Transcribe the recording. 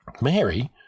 Mary